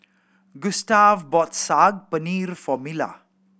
Gustave bought Saag Paneer for Mila